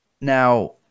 now